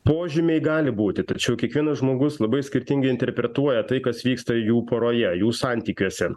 požymiai gali būti tačiau kiekvienas žmogus labai skirtingai interpretuoja tai kas vyksta jų poroje jų santykiuose